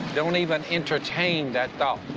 don't even entertain that thought.